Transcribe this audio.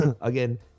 again